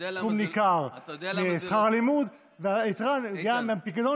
סכום ניכר לשכר הלימוד והיתרה מגיעה מהפיקדון,